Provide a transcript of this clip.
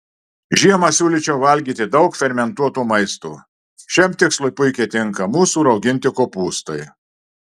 žiemą siūlyčiau valgyti daug fermentuoto maisto šiam tikslui puikiai tinka mūsų rauginti kopūstai